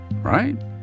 right